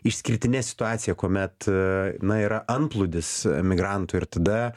išskirtine situacija kuomet na yra antplūdis emigrantų ir tada